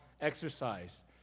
exercise